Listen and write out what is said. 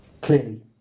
clearly